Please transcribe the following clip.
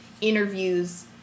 interviews